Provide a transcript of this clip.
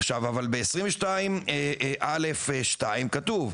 עכשיו אבל ב- 22 א'(2) כתוב,